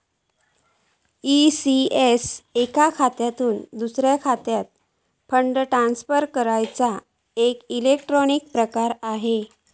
ECS एका खात्यातुन दुसऱ्या खात्यात फंड ट्रांसफर करूचो एक इलेक्ट्रॉनिक प्रकार असा